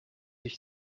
ich